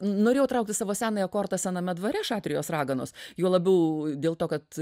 norėjau traukti savo senąją kortą sename dvare šatrijos raganos juo labiau dėl to kad